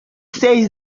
says